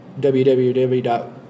www